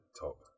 Top